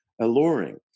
alluring